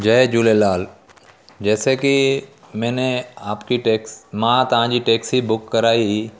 जय झूलेलाल जैसे की मैंने आपकी टैक्स मां तव्हांजी टैक्सी बुक कराई